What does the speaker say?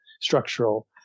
structural